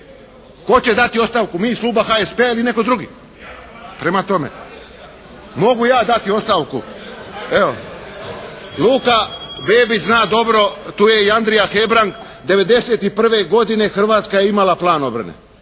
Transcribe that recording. Tko će dati ostavku? Mi iz kluba HSP-a ili netko drugi? Mogu ja dati ostavku, evo. Luka Bebić zna dobro, tu je i Andrija Hebrang, 1991. godine Hrvatska je imala plan obrane.